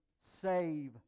save